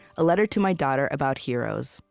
a letter to my daughter about heroes.